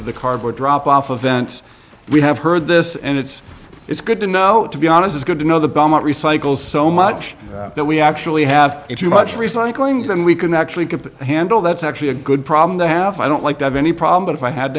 to the cardboard drop off of vents we have heard this and it's it's good to know it to be honest it's good to know the belmont recycles so much that we actually have it too much recycling then we can actually get a handle that's actually a good problem to have i don't like to have any problem but if i had